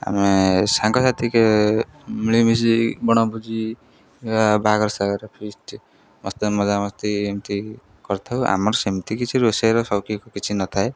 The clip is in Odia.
ଆମେ ସାଙ୍ଗସାଥକେ ମିଳିମିଶି ବଣଭୋଜି ବାହାଘର ସାାହାଗର ଫିଷ୍ଟ ମସ୍ତି ମଜାମସ୍ତି ଏମିତି କରିଥାଉ ଆମର ସେମିତି କିଛି ରୋଷେଇର ସଉକ କିଛି ନଥାଏ